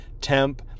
temp